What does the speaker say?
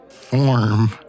form